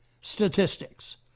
statistics